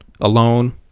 alone